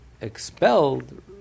expelled